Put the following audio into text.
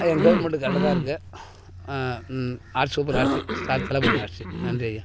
எங்கள் கவர்மெண்ட் கரெக்டா தான் இருக்குது ஆட்சி சூப்பர் ஆட்சி ஸ்டார்ட் தளபதி ஆட்சி நன்றி அய்யா